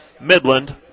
Midland